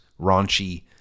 raunchy